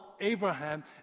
Abraham